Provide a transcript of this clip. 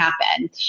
happen